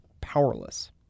powerless